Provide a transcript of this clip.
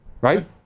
Right